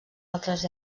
altres